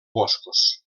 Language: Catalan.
boscos